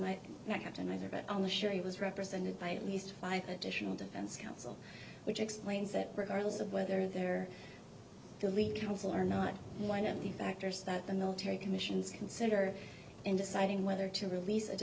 might not happen either but on the show he was represented by at least five additional defense counsel which explains that regardless of whether their belief counsel or not one of the factors that the military commissions consider in deciding whether to release